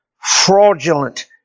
fraudulent